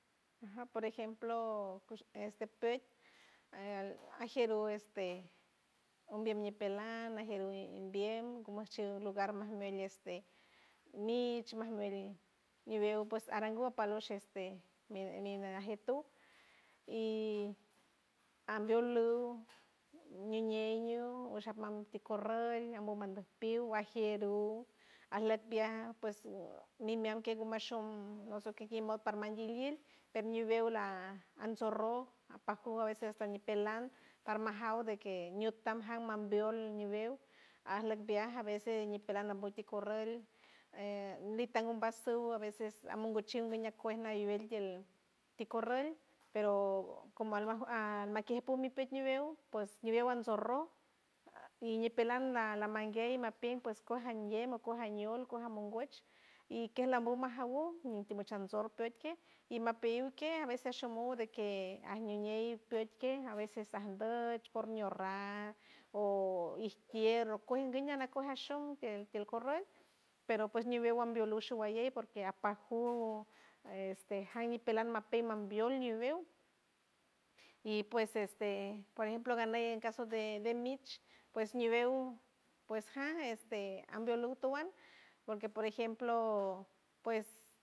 Aja por ejemplo cush este püet ajieru este om ñipeland najield ñi biem gumachild lugar mas majmuelt este mich mas majmuelt ñiwew pos arangu apolush este min minajiet tu y ambiol uj niñey ñu mushi manti corroul ambo mandoy piw guajieruj ajleck bia ps mimean kej ngomashom ns guijmo por parman mandilil per ñiwew la ansorroj apajuw a veces tan ñipelan parma jaw de que ñutam jan mambiol ñiwew ajleck viaj a veces ñipelan nambutu corroul e nitam umbas uw a veces amomgochiw guiñe kuej naj wuelt tiel ti corroul pero como ajmikiej almapik ñiwew pues ñiwew ansorroj ñipelan na laman guiey mapien ps cos nguien o cos añiol o cos amongoch y kej lambo majawu nitimotan shor püet kej y mapiyiw kej a veces shomod y kej ajmiñey püet kej a veces andok por ñurrar o ish kierr o kuej guiñe nakuej ashom tiel tiel corruol pero pues ñiwew ambiolol shuwalley porque apaj jugo a este jan ñipelan mapey mambiol ñiwew y pues este por ejemplo ganey en caso de- de mich pues ñiwew pues jan ambiolu toan porque por ejemplo pues.